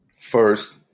first